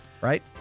right